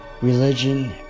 religion